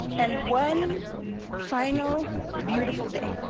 and one final beautiful day,